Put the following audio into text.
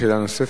שאלה נוספת?